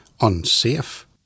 unsafe